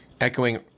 Echoing